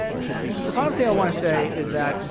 okay, the final thing i wanna say is that,